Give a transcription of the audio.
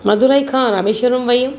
मदुरई खां रामेश्वरम वई हुयमि